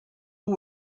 who